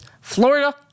Florida